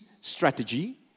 strategy